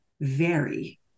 vary